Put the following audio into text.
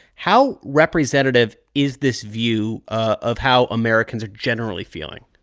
how representative is this view of how americans are generally feeling?